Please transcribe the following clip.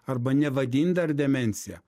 arba nevadint dar demencija